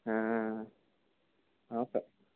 సరే